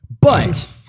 But-